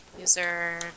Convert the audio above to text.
user